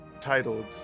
titled